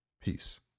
peace